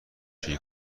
شویی